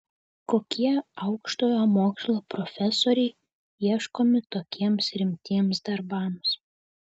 kokie aukštojo mokslo profesoriai ieškomi tokiems rimtiems darbams